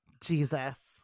jesus